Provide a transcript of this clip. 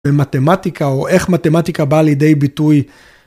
במתמטיקה או איך מתמטיקה באה לידי ביטוי.